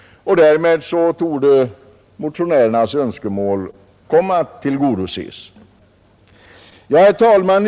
Därmed torde motionärernas önskemål komma att tillgodoses.